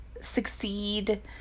succeed